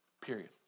period